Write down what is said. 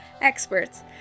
experts